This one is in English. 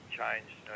changed